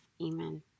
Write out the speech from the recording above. Amen